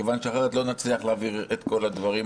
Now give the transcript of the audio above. כיוון שאחרת לא נצליח להעביר את כל הדברים